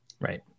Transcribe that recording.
Right